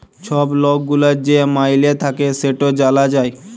ছব লক গুলার যে মাইলে থ্যাকে সেট জালা যায়